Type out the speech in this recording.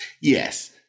Yes